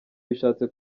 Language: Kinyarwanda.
bishatse